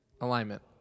alignment